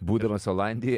būdamas olandijoj